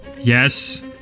Yes